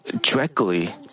directly